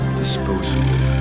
disposable